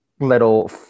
little